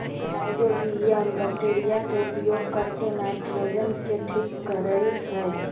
rhizobium bacteria के उपयोग करके नाइट्रोजन के ठीक करेय हइ